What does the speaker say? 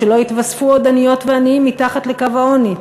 שלא יתווספו עוד עניות ועניים מתחת לקו העוני.